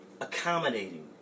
accommodating